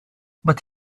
but